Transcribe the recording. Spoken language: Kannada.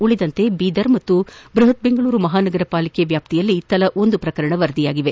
ಉಳಿದಂತೆ ಬೀದರ್ ಮತ್ತು ಬೃಹತ್ ಬೆಂಗಳೂರು ಮಹಾನಗರ ಪಾಲಿಕೆ ವ್ಯಾಪ್ತಿಯಲ್ಲಿ ತಲಾ ಒಂದು ಪ್ರಕರಣ ವರದಿಯಾಗಿವೆ